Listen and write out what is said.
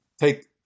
take